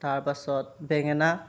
তাৰপাছত বেঙেনা